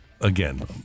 again